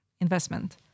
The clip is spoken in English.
investment